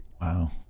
Wow